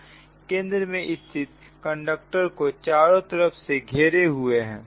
आपके पास 6 कंडक्टर है जो केंद्र में स्थित कंडक्टर को चारों तरफ से घेरे हुए हैं